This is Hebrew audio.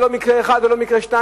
ולא מקרה אחד ולא שניים,